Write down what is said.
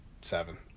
seven